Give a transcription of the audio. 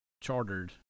chartered